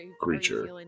creature